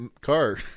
car